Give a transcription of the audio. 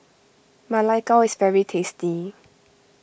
Ma Lai Gao is very tasty